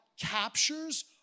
captures